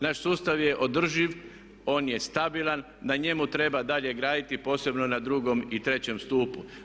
Naš sustav je održiv, on je stabilan, na njemu treba dalje graditi posebno na drugom i trećem stupu.